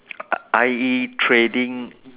I trading